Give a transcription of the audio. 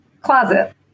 closet